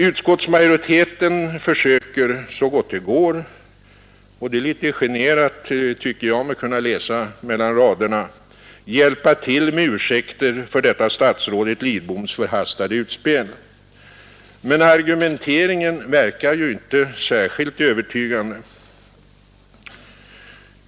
Utskottsmajoriteten försöker så gott det går — och det litet generat, tycker jag mig kunna läsa mellan raderna — hjälpa till med ursäkter för detta statsrådet Lidboms förhastade utspel. Men argumenteringen verkar inte särskilt övertygande.